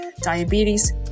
diabetes